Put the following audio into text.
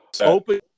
Open